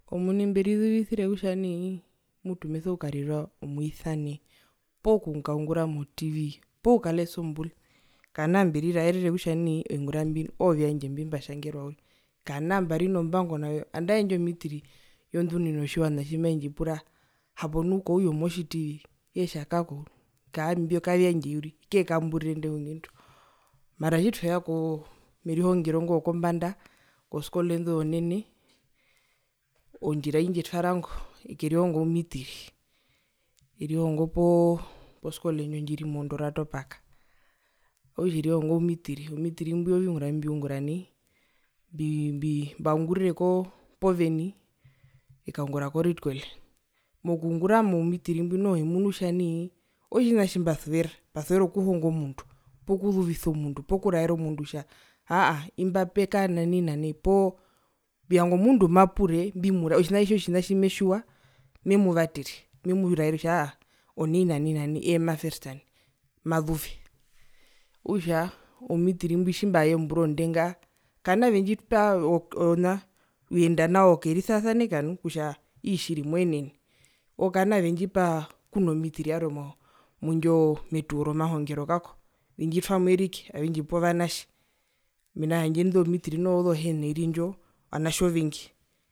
Omuni mberi zuvisire kutja nai mutu meso kukarira omwisane nangae okukalesa ombuze poo kukaungura mo tv kana mberiraere kutja nai oviungura mbi oovyandje ombimbatjangerwa uriri kana mbari nombango navyo nandae indjo mitiri yondunino yotjiwana tjimaindjipura hapo nu koujo motjitivi eetja kako uriri imbio kavyandje uriri kekamburire inde hungi ndo, mara tjitweya koo merihongero ingo wokombanda koskole indo zonene ondjira aindjitwara ngo ekerihonga oumitiri erihongo poo poskole indji ndjiri mo dorado park okutja erihongo oumitiri oumitiri mbwi oviungura mbimbiungura nai mbii mbi mbaungurire ko po wennie ekaungura ko rietquelle mokungura moumitiri mbwi noho emunu kutja nai otjina tjimbasuvera mbasuvera okuhonga omundu poo kuzuvisa omundu po kuraera omundu kutja aa aaimba pekara nai na nai poo mbiyanga omundu mapure mbimuraere otjina tjo otjina tjimetjiwa memuvatere memuraere kutja nai aa aa onai na nai eemaverstane mazuve, okutja oumitiri mbwi tjimbaya ombura ondenga kana vendjipa oona uyenda nao okerisasaneka nu kutja ii tjiri moenene owo kana vendjipa kuno mitiri yarwe mo mwindjo metuwo romahongero kako vendjitwamo erike avendjipe ovanatje mena rokutja handje indo zomitiri noho ozohena oiri ndjo ovanatje ovengi.